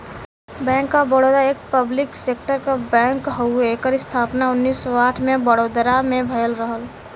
bank of Baroda एक public sector क bank हउवे एकर स्थापना उन्नीस सौ आठ में बड़ोदरा में भयल रहल